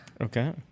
Okay